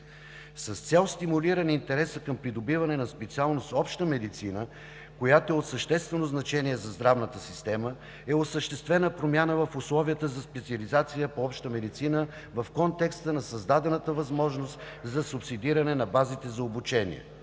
С цел стимулиране на интереса към придобиване на специалност „Обща медицина“, която е от съществено значение за здравната система, е осъществена промяна в условията за специализация по „Обща медицина“ в контекста на създадената възможност за субсидиране на базите на обучение.